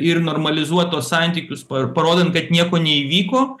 ir normalizuot tuos santykius pa parodant kad nieko neįvyko